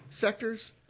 sectors